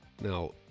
now